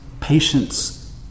patience